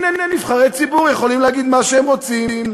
הנה, נבחרי ציבורי יכולים להגיד מה שהם רוצים.